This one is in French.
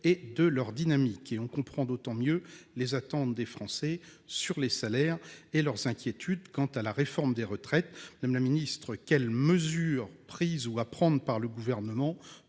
et de leur dynamisme. On comprend d'autant mieux les attentes des Français sur les salaires et leurs inquiétudes quant à la réforme des retraites. Madame la ministre, quelles mesures sont prises par le Gouvernement